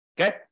Okay